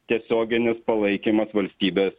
tiesioginis palaikymas valstybės